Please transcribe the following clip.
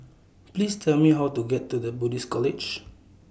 Please Tell Me How to get to The Buddhist College